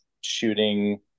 shooting